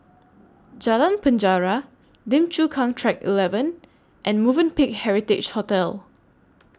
Jalan Penjara Lim Chu Kang Track eleven and Movenpick Heritage Hotel